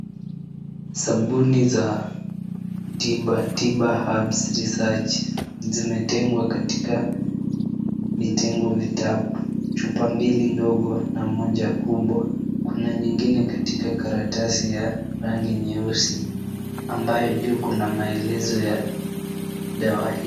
Sabuni za tiba Hamsi Research zimetengwa katika vitengo vitatu. Chupa mbili ndogo na moja kubwa. Kuna nyingine katika karatasi ya rangi nyeusi ambayo juu kuna maelezo ya dawa hi.